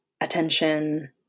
attention